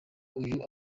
uyu